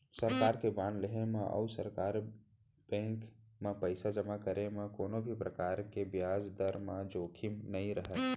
सरकार के बांड लेहे म अउ सरकारी बेंक म पइसा जमा करे म कोनों भी परकार के बियाज दर म जोखिम नइ रहय